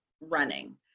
running